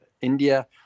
India